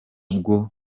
bwo